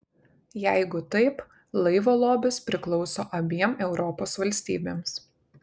jeigu taip laivo lobis priklauso abiem europos valstybėms